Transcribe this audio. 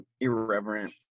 irreverent